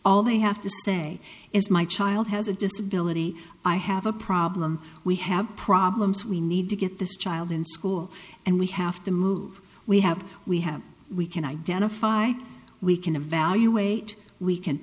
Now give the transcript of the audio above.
all they have to say is my child has a disability i have a problem we have problems we need to get this child in school and we have to move we have we have we can identify we can evaluate we can